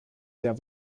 der